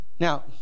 Now